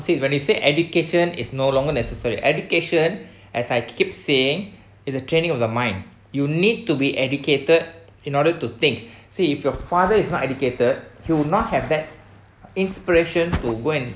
see when you say education is no longer necessary education as I keep saying it's a training of the mind you need to be educated in order to think say if your father is not educated he would not have that inspiration to go and